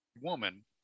woman